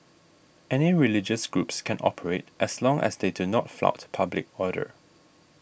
any religious groups can operate as long as they do not flout public order